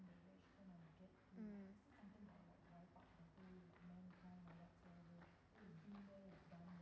mm